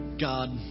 God